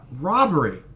Robbery